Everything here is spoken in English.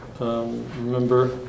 Remember